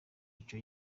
ico